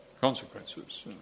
consequences